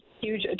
huge